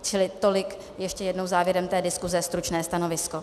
Čili tolik ještě jednou závěrem té diskuse stručné stanovisko.